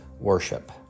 worship